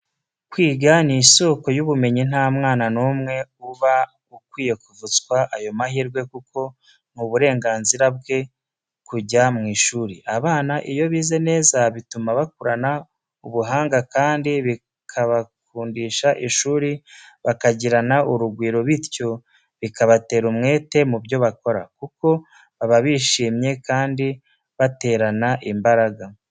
Kwiga ni isoko y'ubumenyi nta mwana n'umwe uba ukwiye kuvutswa ayo mahirwe, kuko ni uburenganzira bwe kujya mu ishuri. Abana iyo bize neza bituma bakurana ubuhanga kandi bikabakundisha ishuri bakagirana urugwiro bityo bikabatera umwete mu byo bakora, kuko baba bishimye kandi baterana imbaraga.